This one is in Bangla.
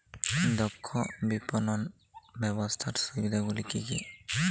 দক্ষ বিপণন ব্যবস্থার সুবিধাগুলি কি কি?